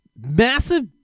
massive